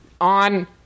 on